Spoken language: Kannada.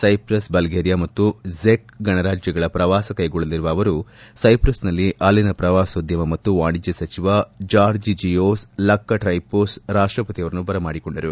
ಸೈಪ್ರಸ್ ಬಲ್ಗೇರಿಯಾ ಮತ್ತು ಝೆಕ್ ಗಣರಾಜ್ಯಗಳ ದೇಶಗಳ ಪ್ರವಾಸ ಕೈಗೊಳ್ಳಲಿರುವ ಅವರು ಸೈಪ್ರೆಸ್ನಲ್ಲಿ ಅಲ್ಲಿನ ಪ್ರವಾಸೋದ್ಯಮ ಮತ್ತು ವಾಣಿಜ್ಯ ಸಚಿವ ಜಾರ್ಜ್ಜೆಯೊಸ್ ಲಕ್ಷಟ್ರೈಪಿಸ್ ರಾಷ್ಷಪತಿಯವರನ್ನು ಬರಮಾಡಿಕೊಂಡರು